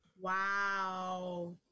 Wow